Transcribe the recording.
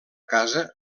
casa